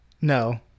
No